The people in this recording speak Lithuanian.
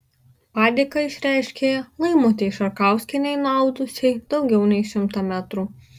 padėką išreiškė laimutei šarkauskienei nuaudusiai daugiau nei šimtą metrų